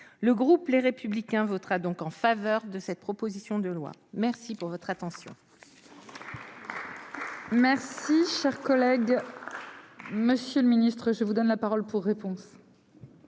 Le groupe Les Républicains votera donc en faveur de cette proposition de loi. La parole est